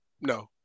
No